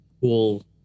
cool